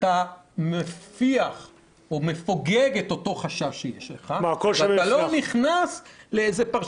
אתה מפוגג את אותה חשש שיש לך ואתה לא נכנס לפרשנות